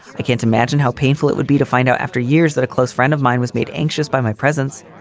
i can't imagine how painful it would be to find out after years that a close friend of mine was made anxious by my presence.